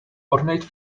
ornate